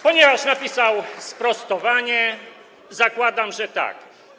Ponieważ napisał sprostowanie, zakładam, że tak.